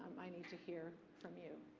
i need to hear from you.